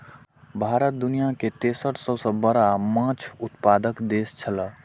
भारत दुनिया के तेसर सबसे बड़ा माछ उत्पादक देश छला